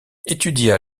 étudia